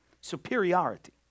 superiority